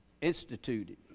instituted